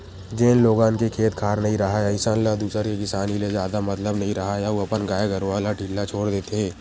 जेन लोगन के खेत खार नइ राहय अइसन ल दूसर के किसानी ले जादा मतलब नइ राहय अउ अपन गाय गरूवा ल ढ़िल्ला छोर देथे